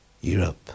Europe